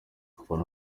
abafana